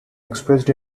expressed